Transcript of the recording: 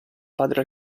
padre